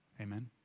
amen